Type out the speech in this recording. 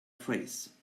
phrase